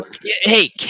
hey